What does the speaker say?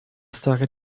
storia